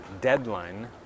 deadline